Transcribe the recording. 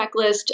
checklist